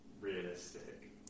realistic